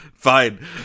Fine